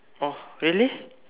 oh really